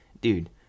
dude